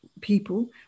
people